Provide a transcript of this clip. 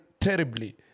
terribly